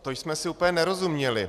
To jsme si úplně nerozuměli.